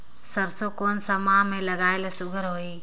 सरसो कोन माह मे लगाय ले सुघ्घर होही?